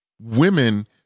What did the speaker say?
women